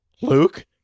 Luke